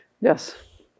Yes